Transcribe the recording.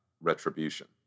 retribution